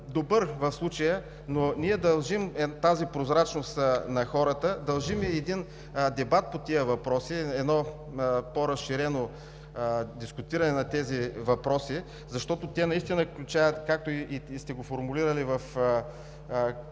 добър в случая, но ние дължим тази прозрачност на хората. Дължим и дебат по тези въпроси, едно по-разширено дискутиране на тези въпроси, защото те наистина включват, както и сте ги формулирали като